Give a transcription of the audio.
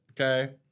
Okay